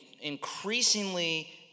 increasingly